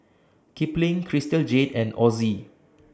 Kipling Crystal Jade and Ozi